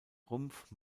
rumpf